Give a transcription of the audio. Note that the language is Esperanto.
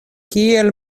kiel